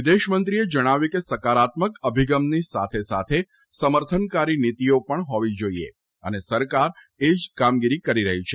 વિદેશમંત્રીએ જણાવ્યું કે સકારાત્મક અભિગમની સાથે સાથે સમર્થનકારી નીતિઓ પણ હોવી જોઇએ અને સરકાર એ જ કામગીરી કરી રહી છે